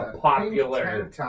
popular